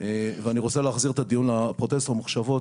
אני רוצה להחזיר את הדיון לפרוטזות הממוחשבות,